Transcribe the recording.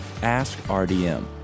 AskRDM